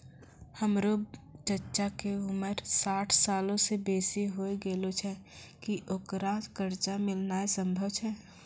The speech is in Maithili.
हमरो चच्चा के उमर साठ सालो से बेसी होय गेलो छै, कि ओकरा कर्जा मिलनाय सम्भव छै?